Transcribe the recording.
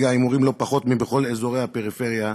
ההימורים לא פחות מבכל אזורי הפריפריה,